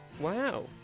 wow